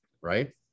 right